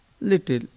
little